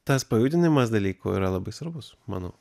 tas pajudinimas dalykų yra labai svarbus manau